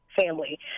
family